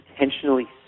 intentionally